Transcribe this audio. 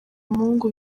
umuhungu